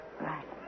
Right